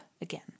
again